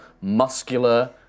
muscular